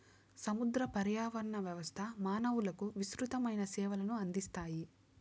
సముద్ర పర్యావరణ వ్యవస్థ మానవులకు విసృతమైన సేవలను అందిస్తాయి